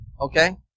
Okay